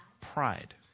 Pride